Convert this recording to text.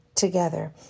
Together